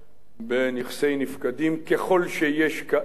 בנכסי נפקדים, ככל שיש כאלה,